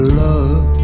love